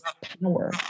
power